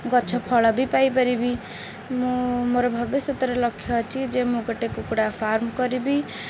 ଗଛ ଫଳ ବି ପାଇପାରିବି ମୁଁ ମୋର ଭବିଷ୍ୟତରେ ଲକ୍ଷ୍ୟ ଅଛି ଯେ ମୁଁ ଗୋଟିଏ କୁକୁଡ଼ା ଫାର୍ମ କରିବି